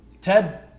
Ted